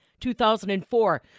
2004